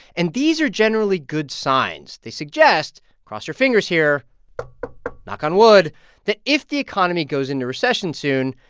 and these are generally good signs. they suggest cross your fingers here knock on wood that if the economy goes into recession soon,